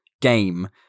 game